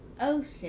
ocean